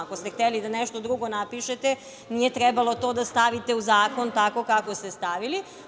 Ako ste hteli da nešto drugo napišete, nije trebalo to da stavite u zakon tako kako ste stavili.